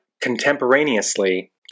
contemporaneously